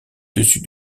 dessus